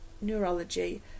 neurology